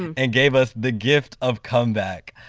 and gave us the gift of comeback.